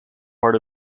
part